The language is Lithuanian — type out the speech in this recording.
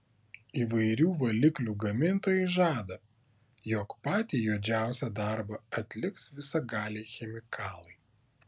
įvairių valiklių gamintojai žada jog patį juodžiausią darbą atliks visagaliai chemikalai